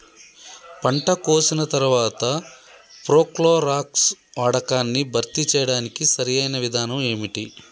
పంట కోసిన తర్వాత ప్రోక్లోరాక్స్ వాడకాన్ని భర్తీ చేయడానికి సరియైన విధానం ఏమిటి?